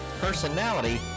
personality